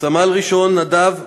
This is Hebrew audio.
סמל-ראשון נדב גולדמכר,